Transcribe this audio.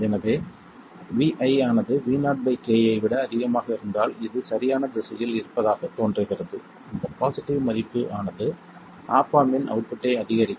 எனவே Vi ஆனது Vo k ஐ விட அதிகமாக இருந்தால் இது சரியான திசையில் இருப்பதாகத் தோன்றுகிறது இந்த பாசிட்டிவ் மதிப்பு ஆனது ஆப் ஆம்ப் இன் அவுட்புட்டை அதிகரிக்கும்